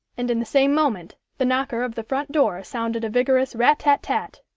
and in the same moment the knocker of the front door sounded a vigorous rat-tat-tat,